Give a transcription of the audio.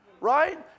Right